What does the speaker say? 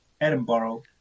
Edinburgh